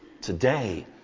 Today